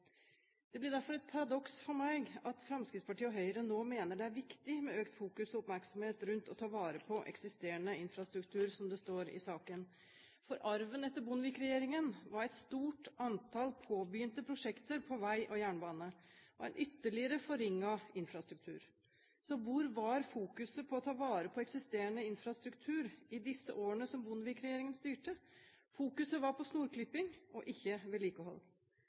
Det blir derfor et paradoks for meg at Høyre nå mener at «det er viktig med økt fokus og oppmerksomhet rundt å ta vare eksisterende infrastruktur», som det står i merknaden. Arven etter Bondevik-regjeringen var et stort antall påbegynte prosjekter på vei og jernbane og en ytterligere forringet infrastruktur. Så hvor var fokus når det gjaldt å ta vare på eksisterende infrastruktur i de årene Bondevik-regjeringen styrte? Fokus var på snorklipping og ikke vedlikehold.